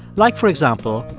like, for example,